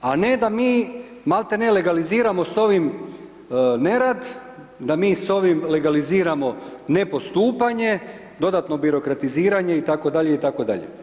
a ne da bi maltene legaliziramo s ovim nerad, da mi s ovim legaliziramo nepostupanje, dodatno birokratiziranje itd., itd.